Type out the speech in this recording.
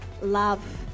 love